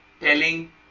telling